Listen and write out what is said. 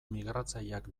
migratzaileak